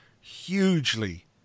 hugely